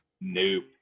Nope